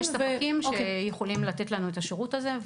יש ספקים שיכולים לתת לנו את השירות הזה,